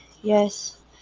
Yes